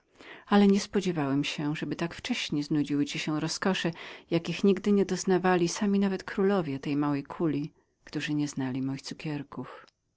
ale nie spodziewałem się żebyś tak wcześnie nasycił się rozkoszami jakich nigdy nie doznawali sami nawet królowie tej małej kuli którzy nie znali moich cukierków